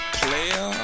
player